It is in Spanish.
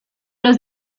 los